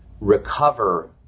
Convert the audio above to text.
recover